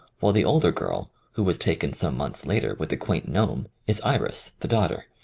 while the older girl, who was taken some months later with the quaint gnome, is iris, the daughter.